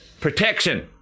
Protection